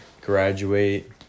graduate